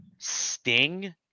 sting